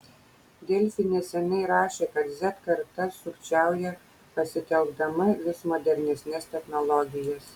delfi neseniai rašė kad z karta sukčiauja pasitelkdama vis modernesnes technologijas